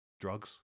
drugs